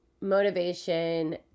motivation